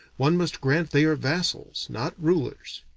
one must grant they are vassals, not rulers.